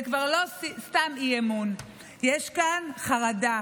זה כבר לא סתם אי-אמון, יש כאן חרדה,